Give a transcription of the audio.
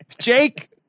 Jake